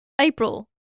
April